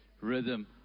rhythm